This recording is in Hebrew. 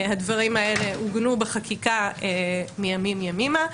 הדברים האלה עוגנו בחקיקה מימים ימימה.